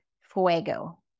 Fuego